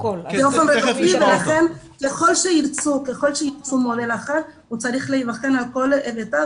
כלפי ------ ככל שירצו מודל אחר הוא יצטרך להיבחן על כל היבטיו,